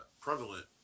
prevalent